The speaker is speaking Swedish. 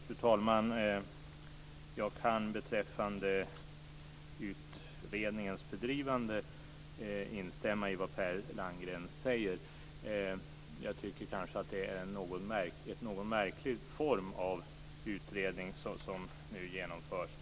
Fru talman! Jag kan beträffande utredningens bedrivande instämma i vad Per Landgren säger. Jag tycker kanske att det är en något märklig form av utredning som nu genomförs.